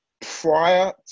prior